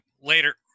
later